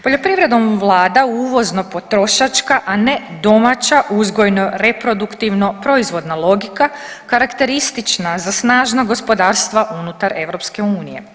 Poljoprivredom vlada uvozno potrošačka, a ne domaća uzgojno reproduktivno proizvodna logika karakteristična za snažna gospodarstva unutar EU.